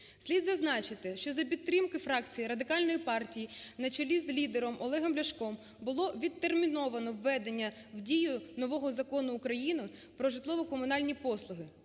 Слід зазначити, що за підтримки фракції Радикальної партії на чолі з лідером Олегом Ляшком, було відтерміновано введення в дію нового Закону України "Про житлово-комунальні послуги",